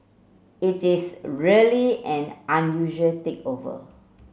it is really an unusual takeover